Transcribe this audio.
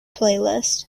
playlist